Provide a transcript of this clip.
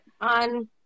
on